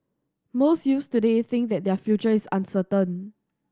most youths today think that their future is uncertain